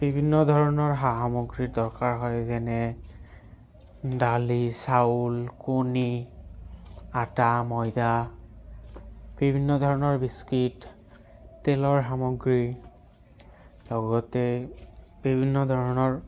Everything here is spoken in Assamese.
বিভিন্ন ধৰণৰ সা সামগ্ৰীৰ দৰকাৰ হয় যেনে দালি চাউল কণী আটা ময়দা বিভিন্ন ধৰণৰ বিস্কীট তেলৰ সামগ্ৰী লগতে বিভিন্ন ধৰণৰ